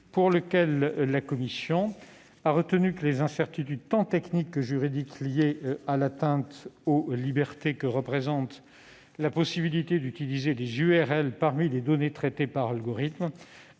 pour lequel la commission a retenu que les incertitudes tant techniques que juridiques liées à l'atteinte aux libertés représentée par la possibilité d'utiliser les URL parmi les données traitées par algorithme